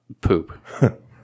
poop